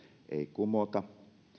kumota